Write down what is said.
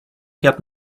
get